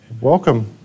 Welcome